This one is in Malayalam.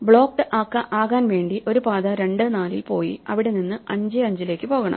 ബ്ളോക്ഡ് അകാൻ വേണ്ടി ഒരു പാത 2 4 ൽ പോയി അവിടെ നിന്ന് 5 5 ലേക്ക് പോകണം